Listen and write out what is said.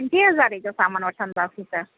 पंजे हज़ारे जो सामान वठंदासीं त